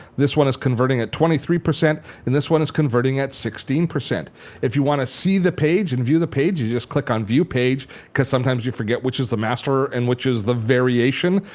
this one is converting at twenty three percent and this one is converting at sixteen. if you want to see the page and view the page, you just click on view page because sometimes you forget which is the master and which is the variation.